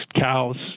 cows